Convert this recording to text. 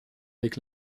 avec